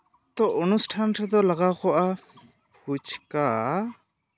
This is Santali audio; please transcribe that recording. ᱛᱚ ᱚᱱᱩᱥᱴᱷᱟᱱ ᱨᱮᱫᱚ ᱞᱟᱜᱟᱣ ᱠᱚᱜᱼᱟ ᱯᱷᱩᱪᱠᱟ